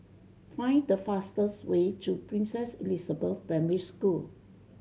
find the fastest way to Princess Elizabeth Primary School